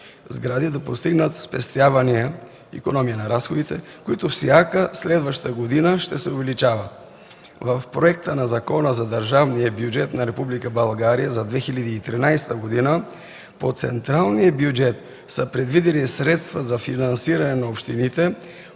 сгради да постигнат спестявания (икономии на разходите), които всяка следваща година ще се увеличават. В проекта на Закона за държавния бюджет на Република България за 2013 г. по централния бюджет са предвидени средства за финансиране на общините